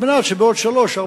על מנת שבעוד שלוש,